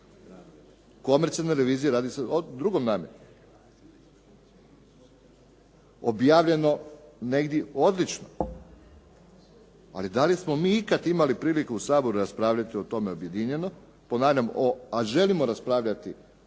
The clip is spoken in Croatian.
Komercijalna revizija radi se o drugoj namjeni. Objavljeno negdje, odlično. Ali da li smo mi ikad imali priliku u Saboru raspravljati o tome objedinjeno, ponavljam a želimo raspravljati